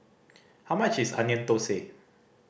how much is Onion Thosai